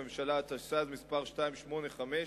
הממשלה, התשס"ז, מס' 285,